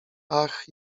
ach